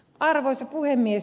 arvoisa puhemies